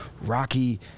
Rocky